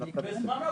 בזמנו,